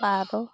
ᱵᱟᱨᱚ